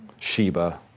Sheba